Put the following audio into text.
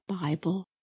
Bible